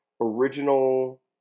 original